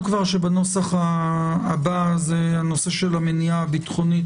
שבנוסח הבא זה הנושא של המניעה הביטחונית,